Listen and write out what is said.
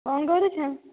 କ'ଣ କରୁଛ